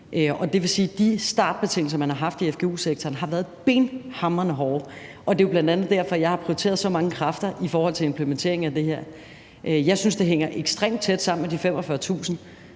Det vil sige, at de startbetingelser, man har haft i fgu-sektoren, har været benhamrende hårde, og det er jo bl.a. derfor, at jeg har prioriteret så mange kræfter i forhold til implementeringen af det her. Jeg synes, det hænger ekstremt tæt sammen med de 45.000,